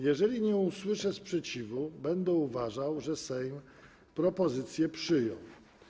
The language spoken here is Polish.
Jeżeli nie usłyszę sprzeciwu, będę uważał, że Sejm propozycję przyjął.